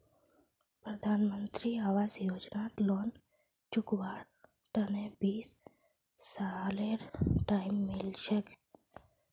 प्रधानमंत्री आवास योजनात लोन चुकव्वार तने बीस सालेर टाइम मिल छेक